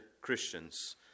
Christians